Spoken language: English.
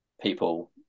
people